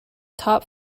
top